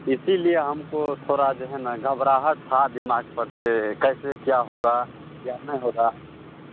इसीलिये हमको थोड़ा जो है ना घबराहट था दिमाग पर से कैसे क्या होगा या नहीं होगा